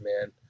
man